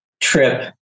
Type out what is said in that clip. trip